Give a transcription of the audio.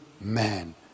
man